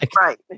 right